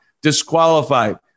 disqualified